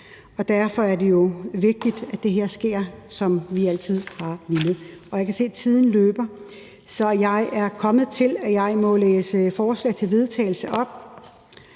derfor er det jo vigtigt, at det her sker, som vi altid har villet. Jeg kan se, at tiden løber, så jeg er kommet til, at jeg må læse et forslag til vedtagelse op.